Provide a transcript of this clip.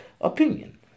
opinion